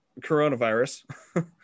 coronavirus